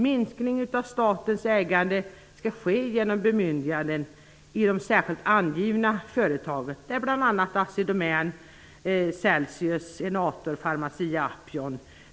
Minskningen av statens ägande skall ske genom bemyndiganden i särskilt angivna företag, bl.a. Assi Domän AB, Celsius AB, Enator AB och Pharmacia & Upjohn.